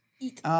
eat